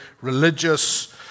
religious